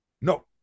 No